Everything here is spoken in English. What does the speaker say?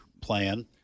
plan